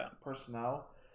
personnel